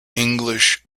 english